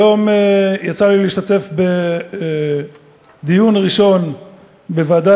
היום יצא לי להשתתף בדיון ראשון בוועדה